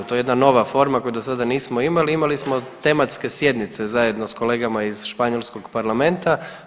To je jedna nova forma koju dosada nismo imali, imali smo tematske sjednice zajedno s kolega iz španjolskog parlamenta.